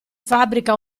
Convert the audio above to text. fabbrica